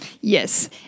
Yes